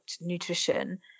nutrition